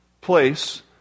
place